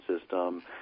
system